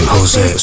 Jose